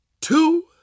two